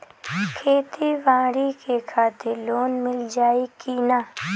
खेती बाडी के खातिर लोन मिल जाई किना?